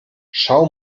schau